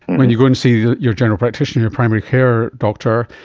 when you go and see your general practitioner, your primary care doctor,